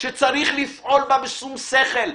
שצריך לפעול בה בשום שכל.